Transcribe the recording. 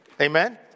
amen